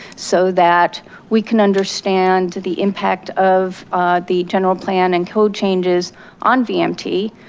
so that we can understand the impact of the general plan and code changes on vmt,